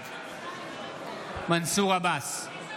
בעד מנסור עבאס,